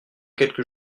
quelque